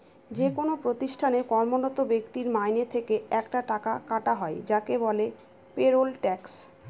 যেকোনো প্রতিষ্ঠানে কর্মরত ব্যক্তির মাইনে থেকে একটা টাকা কাটা হয় যাকে বলে পেরোল ট্যাক্স